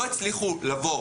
לא הצליחו להעמיד אותו